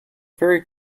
very